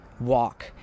Walk